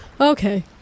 Okay